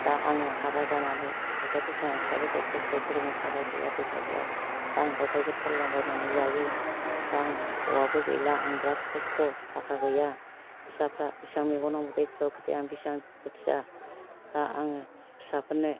दा आङो हाबा जानानै फायखारिफोर खालामनानै फिसाफोरखौ खस्थ'यै फोरोङो थाखा गैया फैसा गैया दा आं दाउ फायखारि खालामला बायनानै जायो दा आं हौवाबो गैला आं बिराद खस्थ' थाखा गैया फिसाफ्रा बिसिबां मेगनाव मोदै खुगायाव खुदै आं बेसेबां दुखुथिया आङो फिसाफोरनो